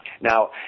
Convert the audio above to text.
Now